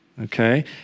Okay